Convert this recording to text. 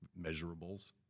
measurables